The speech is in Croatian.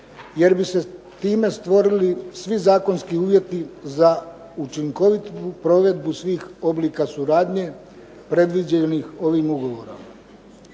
jer bi se time stvorili svi zakonski uvjeti za učinkovitu provedbu svih oblika suradnje predviđenih ovim ugovorom.